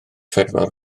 phedwar